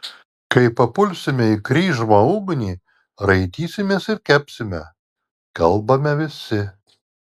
kai papulsime į kryžmą ugnį raitysimės ir kepsime kalbame visi